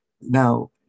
Now